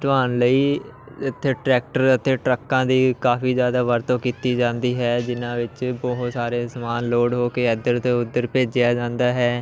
ਢੋਆਉਣ ਲਈ ਇੱਥੇ ਟਰੈਕਟਰ ਅਤੇ ਟਰੱਕਾਂ ਦੀ ਕਾਫੀ ਜ਼ਿਆਦਾ ਵਰਤੋਂ ਕੀਤੀ ਜਾਂਦੀ ਹੈ ਜਿਨ੍ਹਾਂ ਵਿੱਚ ਬਹੁਤ ਸਾਰੇ ਸਮਾਨ ਲੋਡ ਹੋ ਕੇ ਇੱਧਰ ਅਤੇ ਉੱਧਰ ਭੇਜਿਆ ਜਾਂਦਾ ਹੈ